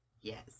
yes